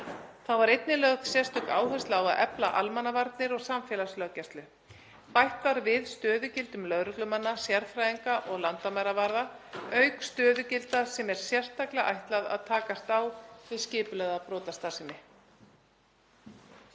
Þá var einnig lögð sérstök áhersla á að efla almannavarnir og samfélagslöggæslu. Bætt var við stöðugildum lögreglumanna, sérfræðinga og landamæravarða auk stöðugilda sem er sérstaklega ætlað að takast á við skipulagða brotastarfsemi.